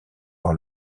par